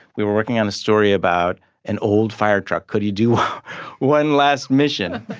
we were working on a story about an old firetruck. could he do one last mission?